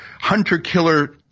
hunter-killer